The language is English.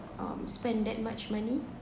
um spend that much money